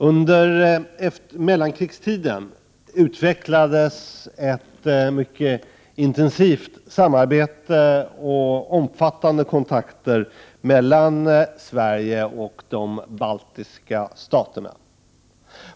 Under mellankrigstiden utvecklades ett mycket intensivt samarbete och omfattande kontakter mellan Sverige och de baltiska staterna.